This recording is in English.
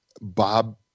Bob